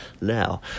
Now